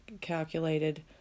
calculated